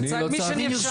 מי שנרשם קיבל זכות דיבור.